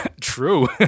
True